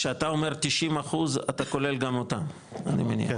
כשאתה אומר 90 אחוז, אתה כולל גם אותם, אני מניח.